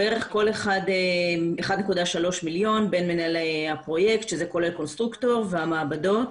אחד כ-1.3 מיליון בין מנהלי הפרויקט שזה כולל קונסטרוקטור והמעבדות.